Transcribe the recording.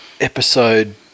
episode